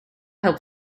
help